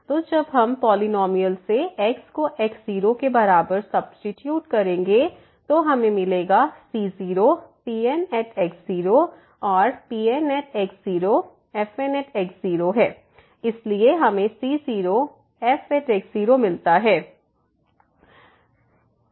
तो जब हम पॉलिनॉमियल से x को x0 के बराबर सब्सीट्यूट करेंगे तो हमें मिलेगा c0 Pn और Pn fn है इसलिए हमें c0 f मिलता है